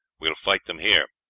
we will fight them here.